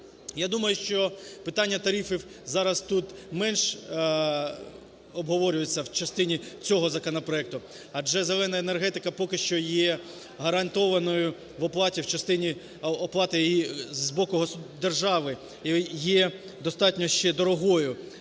Я думаю, що питання тарифів зараз тут менш обговорюється в частині цього законопроекту, адже "зелена енергетика" поки що є гарантованою в оплаті, в частині оплати, і з боку держави є достатньо ще дорогою